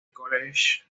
college